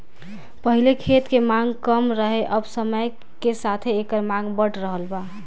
पहिले खेत के मांग कम रहे अब समय के साथे एकर मांग बढ़ रहल बा